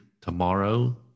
tomorrow